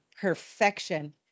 perfection